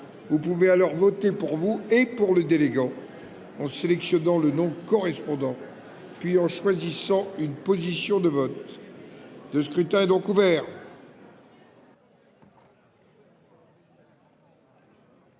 Vous pouvez alors voter pour vous et pour le délégant en sélectionnant le nom correspondant, puis en choisissant une position de vote. Le scrutin est ouvert.